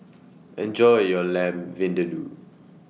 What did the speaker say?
Enjoy your Lamb Vindaloo